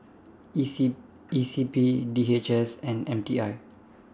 E C P D H S and M T I